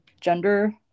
gender